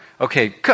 Okay